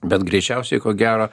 bet greičiausiai ko gero